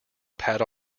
pat